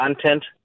content